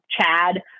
Chad